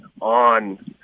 on